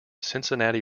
cincinnati